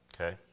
Okay